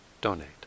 donate